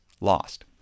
lost